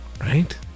Right